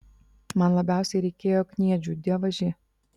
man labiausiai reikėjo kniedžių dievaži